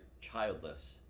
childless